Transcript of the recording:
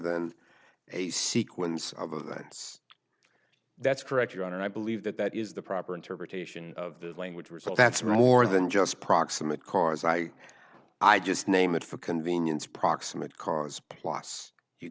than a sequence of that's that's correct your honor i believe that that is the proper interpretation of the language result that's more than just proximate cause i i just named that for convenience proximate cause plus you